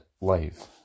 life